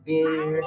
Beer